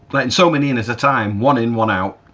letting so many in at a time, one in one out.